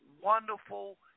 wonderful